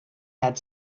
had